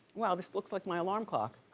wow, this looks like my alarm clock.